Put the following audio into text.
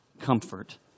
comfort